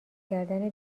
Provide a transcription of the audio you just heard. کردن